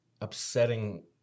upsetting